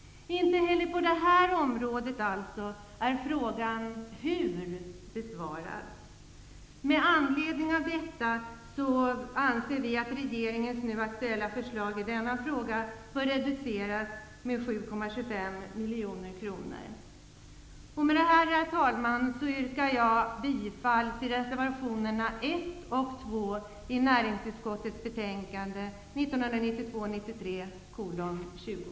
Inte heller på det här området är frågan om hur besvarad. Med anledning av detta anser vi att det beträffande regeringens nu aktuella förslag i denna fråga bör ske en reduktion med 7,25 miljoner kronor. Med detta, herr talman, yrkar jag bifall till reservationerna 1 och 2 i näringsutskottets betänkande 1992/93:NU20.